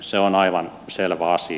se on aivan selvä asia